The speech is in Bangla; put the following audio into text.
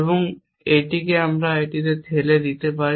এবং আমরা এটিকে এটিতে ঠেলে দেওয়া হয়